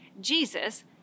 Jesus